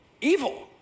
evil